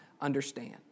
understand